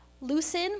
loosen